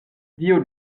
dio